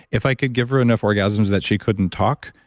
if i could give her enough orgasms that she couldn't talk,